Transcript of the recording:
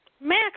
Max